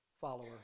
follower